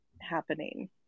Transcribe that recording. happening